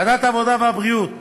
ועדת העבודה, הרווחה והבריאות